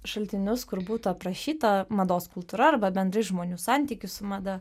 šaltinius kur būtų aprašyta mados kultūra arba bendrai žmonių santykis su mada